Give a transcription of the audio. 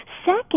Second